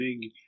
big